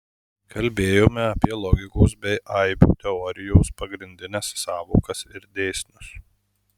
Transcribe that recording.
kalbėjome apie logikos bei aibių teorijos pagrindines sąvokas ir dėsnius